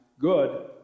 good